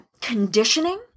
conditioning